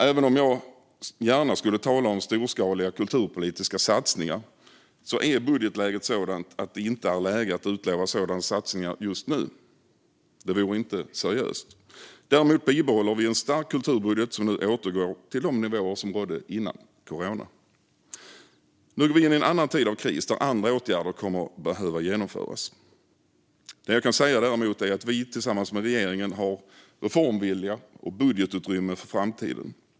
Även om jag gärna skulle tala om storskaliga kulturpolitiska satsningar är budgetläget sådant att det inte är läge att utlova sådana satsningar just nu. Det vore inte seriöst. Däremot bibehåller vi en stark kulturbudget som nu återgår till de nivåer som rådde innan corona. Nu går vi in i en annan tid av kris där andra åtgärder kommer att behöva genomföras. Det jag kan säga är däremot att vi tillsammans med regeringen har reformvilja och budgetutrymme för framtiden.